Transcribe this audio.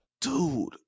Dude